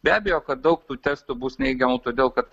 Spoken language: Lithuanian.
be abejo kad daug tų testų bus neigiamų todėl kad